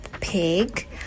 pig